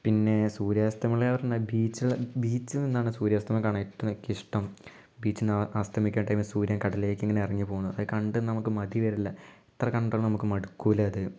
പിന്നെ സൂര്യാസ്തമനമാർന്ന ബീച്ച് ബീച്ചിൽ നിന്നാണ് സൂര്യാസ്തമനം കാണാൻ ഏറ്റവും എനിക്കിഷ്ടം ബീച്ചിൽ നിന്ന് അസ്തമിക്കുന്ന ടൈമിൽ സൂര്യൻ കടലിലേക്കിങ്ങനെ ഇറങ്ങി പോവുന്നത് അത് കണ്ട് നമുക്ക് മതി വരില്ല എത്ര കണ്ടാലും നമുക്ക് മടുക്കില്ല അത്